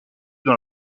dans